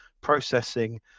processing